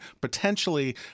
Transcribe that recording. potentially